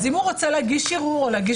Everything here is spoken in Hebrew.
אז אם הוא רוצה להגיש ערעור או להגיש